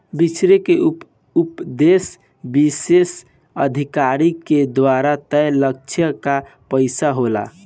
बिछरे के उपदेस विशेष अधिकारी के द्वारा तय लक्ष्य क पाइल होला